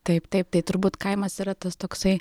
taip taip tai turbūt kaimas yra tas toksai